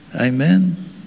Amen